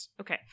Okay